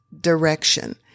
direction